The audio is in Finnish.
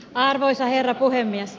arvoisa herra puhemies